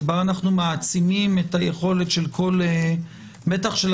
שבה אנחנו מעצימים את היכולת בטח של